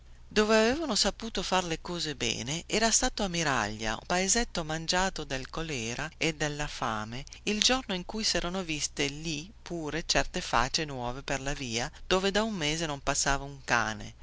dove avevano saputo far le cose bene era stato a miraglia un paesetto mangiato dal colèra e dalla fame il giorno in cui serano viste certe facce nuove per la via dove da un mese non passava un cane